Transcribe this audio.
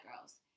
girls